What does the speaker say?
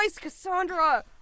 Cassandra